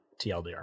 TLDR